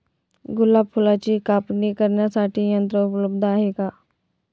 गुलाब फुलाची कापणी करण्यासाठी यंत्र उपलब्ध आहे का?